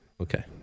Okay